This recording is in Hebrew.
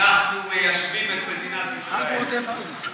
אנחנו מיישבים את מדינת ישראל, בעוטף עזה.